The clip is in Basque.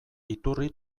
iturri